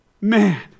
Man